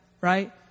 right